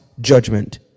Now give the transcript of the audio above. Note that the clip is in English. judgment